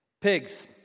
Pigs